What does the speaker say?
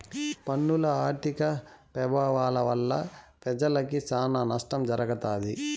పన్నుల ఆర్థిక పెభావాల వల్ల పెజలకి సానా నష్టం జరగతాది